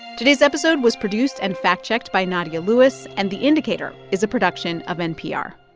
today's episode was produced and fact-checked by nadia lewis. and the indicator is a production of npr